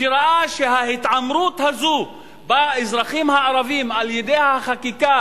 שראה שההתעמרות הזו באזרחים הערבים על-ידי החקיקה